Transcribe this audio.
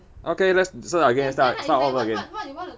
okay let's so I guess start start all over again